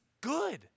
good